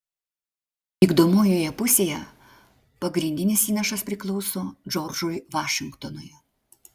vykdomojoje pusėje pagrindinis įnašas priklauso džordžui vašingtonui